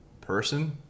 person